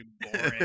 boring